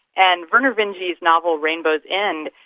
and vernor vinge's novel rainbow's end,